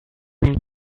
known